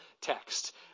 text